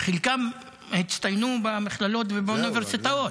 חלקם הצטיינו במכללות ובאוניברסיטאות,